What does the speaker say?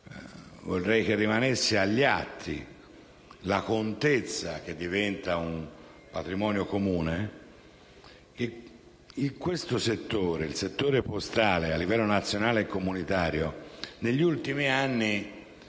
vorrei rimanesse agli atti la contezza, che diventa un patrimonio comune, che il settore postale, a livello nazionale e comunitario, negli ultimi anni